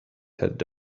had